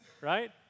right